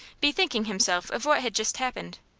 bethinking himself of what had just happened.